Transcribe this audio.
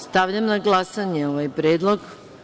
Stavljam na glasanje ovaj predlog.